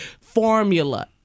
formula